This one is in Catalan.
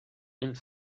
ell